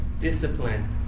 discipline